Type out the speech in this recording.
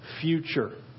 future